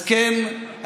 אז כן,